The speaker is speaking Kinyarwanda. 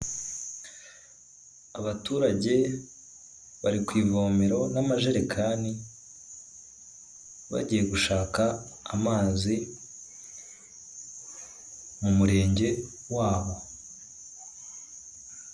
Abaturage bari ku ivomero n'amajerekani, bagiye gushaka amazi mu murenge waho.